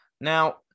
Now